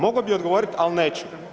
Mogao bi odgovoriti ali neću.